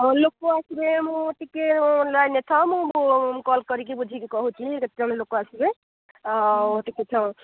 ଲୋକ ଆସିବେ ଆସିବେ ମୁଁ ଟିକେ ନାହିଁ ମୁଁ କଲ୍ କରିକି ବୁଝିକି କହୁଛି କେତେଜଣ ଲୋକ ଆସିବେ ଟିକେ